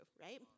right